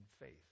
faith